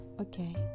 okay